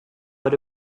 but